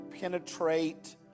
penetrate